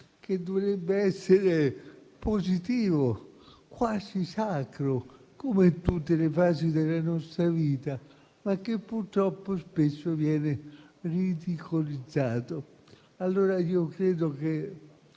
che dovrebbe essere positivo, quasi sacro, come tutte le fasi della nostra vita, ma che purtroppo spesso viene ridicolizzato. Accomunandomi